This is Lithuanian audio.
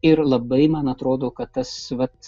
ir labai man atrodo kad tas vat